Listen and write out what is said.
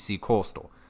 Coastal